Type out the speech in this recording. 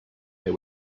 they